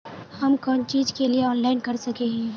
हम कोन चीज के लिए ऑनलाइन कर सके हिये?